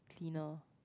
cleaner